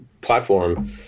platform